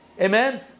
amen